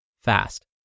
fast